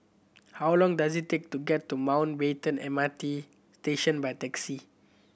how long does it take to get to Mountbatten M R T Station by taxi